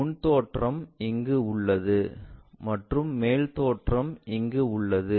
முன் தோற்றம் இங்கு உள்ளது மற்றும் மேல் தோற்றம் இங்கு உள்ளது